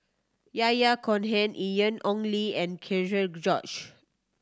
Yahya Cohen Ian Ong Li and George